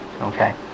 Okay